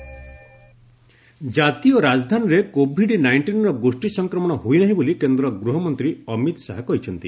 HM Delhi ଜାତୀୟ ରାଜଧାନୀରେ covid ନାଇଷ୍ଟିନ୍ର ଗୋଷ୍ଠୀ ସଂକ୍ରମଣ ହୋଇନାହିଁ ବୋଲି କେନ୍ଦ୍ର ଗୃହମନ୍ତ୍ରୀ ଅମିତ ଶାହା କହିଛନ୍ତି